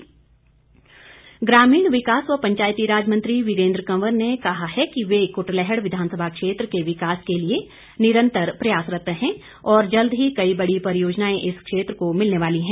वीरेन्द्र कंवर ग्रामीण विकास व पंचायतीराज मंत्री वीरेन्द्र कंवर ने कहा है कि वे क्टलैहड़ विधानसभा क्षेत्र के विकास के लिए निरंतर प्रयासरत है और जल्द ही कई बड़ी परियोजनाएं इस क्षेत्र को मिलने वाली है